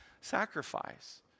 Sacrifice